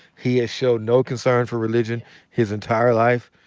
he has shown no concern for religion his entire life.